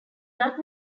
not